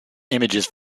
images